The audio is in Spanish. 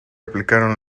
aplicaron